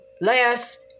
last